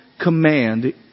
Command